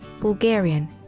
Bulgarian